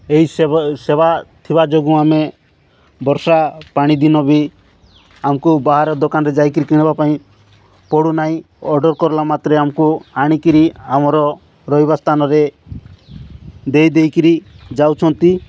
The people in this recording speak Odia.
ଏହି ସେବା ସେବା ଥିବା ଯୋଗୁଁ ଆମେ ବର୍ଷା ପାଣି ଦିନ ବି ଆମକୁ ବାହାର ଦୋକାନରେ ଯାଇକିରି କିଣିବା ପାଇଁ ପଡ଼ୁନାହିଁ ଅର୍ଡ଼ର୍ କଲା ମାତ୍ରେ ଆମକୁ ଆଣିକିରି ଆମର ରହିବା ସ୍ଥାନରେ ଦେଇ ଦେଇକିରି ଯାଉଛନ୍ତି